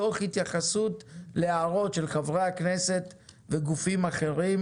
תוך התייחסות להערות של חברי הכנסת וגופים אחרים,